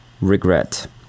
regret